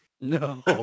No